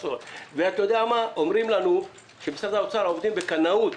אומרים לנו שבמשרד האוצר עובדים בקנאות,